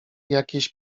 jakiejś